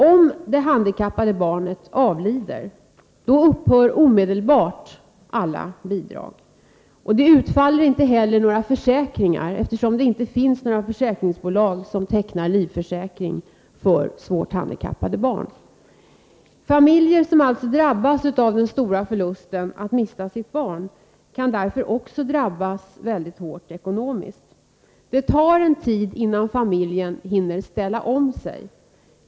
Om det handikappade barnet avlider, upphör omedelbart alla bidrag, och det utfaller inte heller några försäkringar, eftersom det inte finns några försäkringsbolag som tecknar livförsäkring för svårt handikappade barn. Familjer som drabbas av den stora förlusten att mista sitt barn kan därför också drabbas mycket hårt ekonomiskt. Det tar en tid innan familjen hinner ”ställa om sig”.